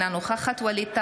אינה נוכחת ווליד טאהא,